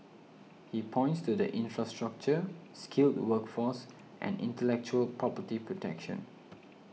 he points to the infrastructure skilled workforce and intellectual property protection